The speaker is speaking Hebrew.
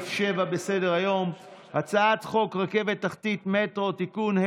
סעיף 7 בסדר-היום הצעת חוק רכבת תחתית (מטרו) (תיקון),